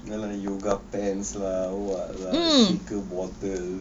ya lah yoga pants lah oo what lah shaker bottle